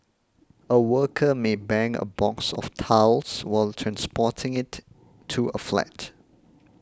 a worker may bang a box of tiles while transporting it to a flat